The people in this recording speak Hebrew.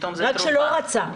רק שלא רצו.